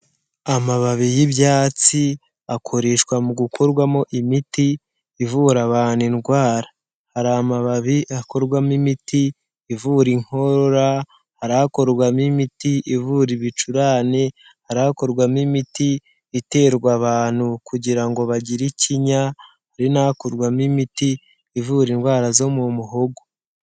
Amababi y'ibyatsi, akoreshwa mu gukorwamo imiti, ivura abantu indwara. Hari amababi akorwamo imiti ivura inkorora, hari akorwamo imiti, ivura ibicurane, hari akorwamo imiti iterwa abantu kugira ngo bagire ikinya, hari n'akurwamo imiti, ivura indwara zo mu muhogo.